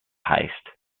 heist